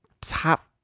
top